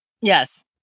Yes